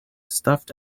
stuffed